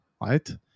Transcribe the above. right